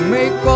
Make